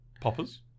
Poppers